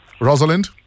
Rosalind